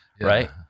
right